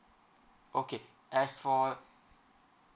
okay as for